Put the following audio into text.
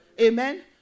amen